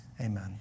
Amen